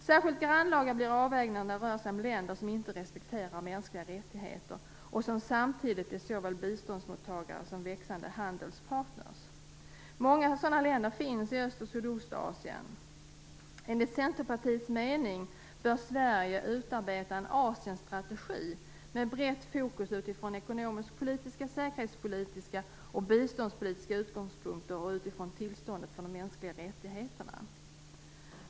Särskilt grannlaga blir avvägningen när det rör sig om länder som inte respekterar mänskliga rättigheter och som samtidigt är såväl biståndsmottagare som växande handelspartner. Många sådana länder finns i Ost och Sydostasien. Enligt Centerpartiets mening bör Sverige utarbeta en Asienstrategi med brett fokus utifrån ekonomisk-politiska, säkerhetspolitiska och biståndspolitiska utgångspunkter och utifrån tillståndet för de mänskliga rättigheterna.